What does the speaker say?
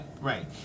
right